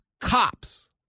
cops